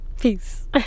Peace